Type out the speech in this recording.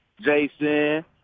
Jason